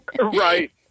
Right